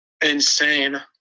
Insane